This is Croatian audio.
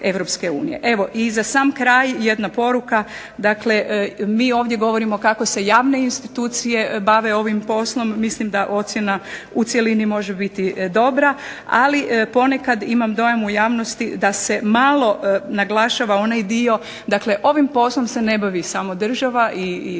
članica EU. Evo i za sam kraj jedna poruka, dakle mi ovdje govorimo kako se javne institucije bave ovim poslom. Mislim da ocjena u cjelini može biti dobra, ali ponekad imam dojam u javnosti da se malo naglašava ovaj dio, dakle ovim poslom se ne bavi samo država i lokalne